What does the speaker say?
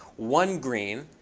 one green,